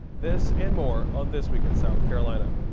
this and more on this week in south carolina.